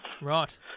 Right